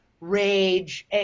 rage